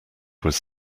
was